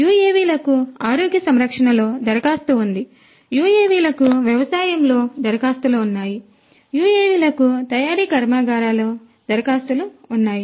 యుఎవిలకు ఆరోగ్య సంరక్షణలో దరఖాస్తు ఉంది యుఎవిలకు వ్యవసాయంలో దరఖాస్తులు ఉన్నాయి యుఎవిలకు తయారీ కర్మాగారాలలో దరఖాస్తులు ఉన్నాయి